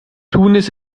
tunis